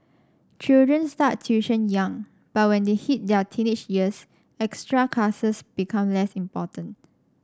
children start tuition young but when they hit their teenage years extra classes become less important